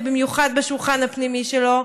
ובמיוחד בשולחן הפנימי שלו,